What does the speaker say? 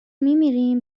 میمیریم